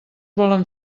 volen